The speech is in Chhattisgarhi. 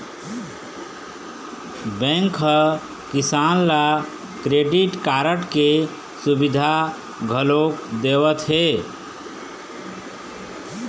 बेंक ह किसान ल क्रेडिट कारड के सुबिधा घलोक देवत हे